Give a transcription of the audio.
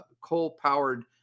coal-powered